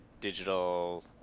digital